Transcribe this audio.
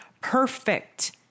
perfect